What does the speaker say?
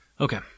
Okay